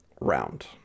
round